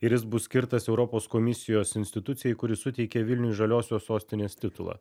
ir jis bus skirtas europos komisijos institucijai kuri suteikė vilniui žaliosios sostinės titulą